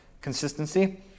consistency